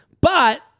But-